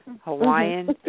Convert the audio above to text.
Hawaiian